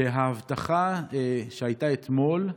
שההבטחה שהייתה אתמול,